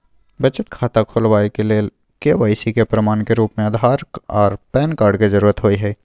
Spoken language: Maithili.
बचत खाता खोलाबय के लेल के.वाइ.सी के प्रमाण के रूप में आधार आर पैन कार्ड के जरुरत होय हय